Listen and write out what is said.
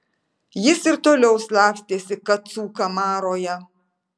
jis ir toliau slapstėsi kacų kamaroje